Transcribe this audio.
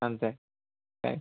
అంతే అండి థ్యాంక్స్